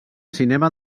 cinema